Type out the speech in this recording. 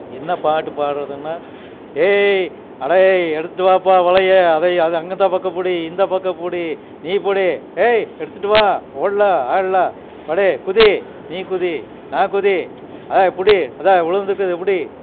என்ன பாட்டு பாடுறதுனா ஏய் அடேய் எடுத்துட்டு வாப்பா வலையை அதை அந்த பக்கம் பிடி இந்த பக்கம் பிடி நீ பிடி ஏய் எடுத்துட்டுவா ஓடலாம் ஆடலாம் அடேய் குதி நீ குதி நான் குதி பிடி அதான் விழுந்துருக்குறத பிடி